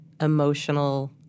emotional